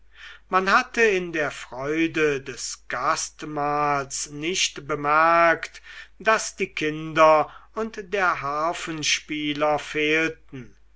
man hatte in der freude des gastmahls nicht bemerkt daß die kinder und der harfenspieler fehlten